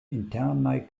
internaj